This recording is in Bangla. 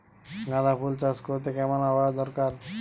গাঁদাফুল চাষ করতে কেমন আবহাওয়া দরকার?